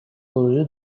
پروژه